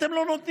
אתם לא נותנים,